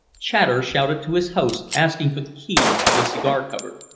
chater shouted to his host asking for the keys of the cigar cupboard,